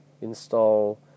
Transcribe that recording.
install